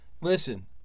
Listen